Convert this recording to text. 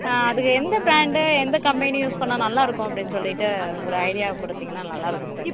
அதுக்கு எந்த ப்ராண்டு எந்த கம்பெனி யூஸ் பண்ணால் நல்லா இருக்கும் அப்படின் சொல்லிவிட்டு ஒரு ஐடியாவை கொடுத்திங்கனா நல்லா இருக்கும் சார்